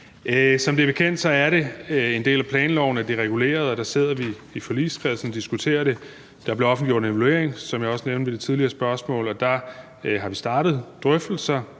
Som det er bekendt, er det en del af planloven, at det er reguleret, og der sidder vi i forligskredsen og diskuterer det. Der er blevet offentliggjort en evaluering, som jeg også nævnte i det tidligere spørgsmål, og der har vi startet drøftelser.